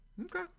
Okay